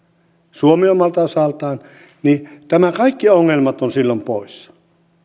suomi omalta osaltaan ja nämä kaikki ongelmat ovat silloin poissa